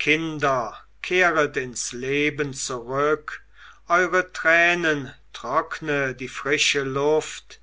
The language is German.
kinder kehret ins leben zurück eure tränen trockne die frische luft